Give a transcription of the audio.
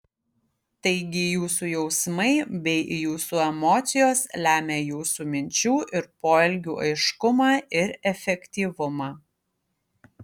taigi jūsų jausmai bei jūsų emocijos lemia jūsų minčių ir poelgių aiškumą ir efektyvumą